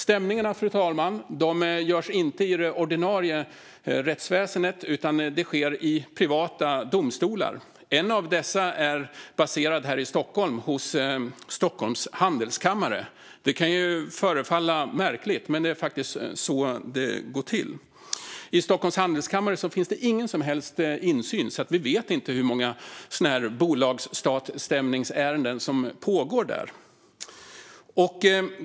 Stämningarna, fru talman, görs inte i det ordinarie rättsväsendet utan i privata domstolar. En av dessa är baserad här i Stockholm, hos Stockholms Handelskammare. Det kan förefalla märkligt, men det är faktiskt så det går till. I Stockholms Handelskammare finns det ingen som helst insyn, så vi vet inte hur många sådana här bolag-stat-stämningsärenden som pågår där.